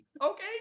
Okay